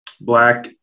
Black